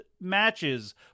matches